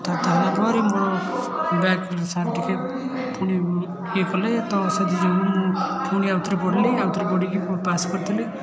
କଥାବାର୍ତ୍ତା ହେଲା ପରେ ମୋର ବ୍ୟାକ୍ ସାର୍ ଟିକିଏ ପୁଣି ଇଏ କଲେ ତ ସେଥିଯୋଗୁଁରୁ ମୁଁ ପୁଣି ଆଉଥରେ ପଢ଼ିଲି ଆଉଥରେ ପଢ଼ିକି ପାସ୍ କରିଥିଲି